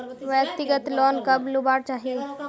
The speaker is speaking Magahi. व्यक्तिगत लोन कब लुबार चही?